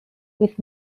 with